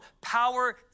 Power